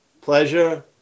pleasure